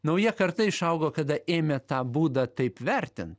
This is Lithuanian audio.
nauja karta išaugo kada ėmė tą būdą taip vertint